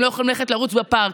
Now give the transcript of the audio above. הם לא יכולים ללכת לרוץ בפארק.